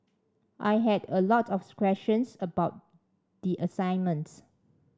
I had a lot of questions about the assignments